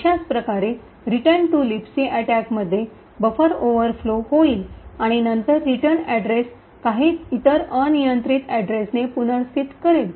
अशाच प्रकारे return to libc अटैकमध्ये बफर ओव्हरफ्लो होईल आणि नंतर रिटर्न अड्रेस काही इतर अनियंत्रित अड्रेसने पुनर्स्थित करेल